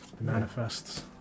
Manifests